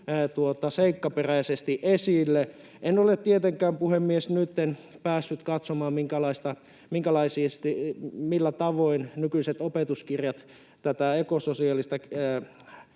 seikkaperäisesti esille. En ole tietenkään, puhemies, nytten päässyt katsomaan, millä tavoin nykyiset opetuskirjat tätä ekososiaalista